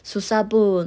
susah pun